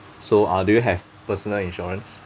so ah do you have personal insurance